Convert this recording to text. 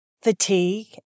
fatigue